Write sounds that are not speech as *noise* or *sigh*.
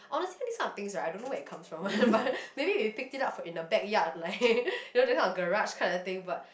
honestly this kind of things right I don't know where it comes from *noise* but maybe we picked it up in the backyard like *laughs* you know this kind of garage kind of thing but